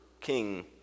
king